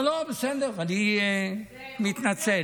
לא, בסדר, אני מתנצל.